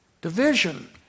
division